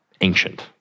ancient